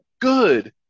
good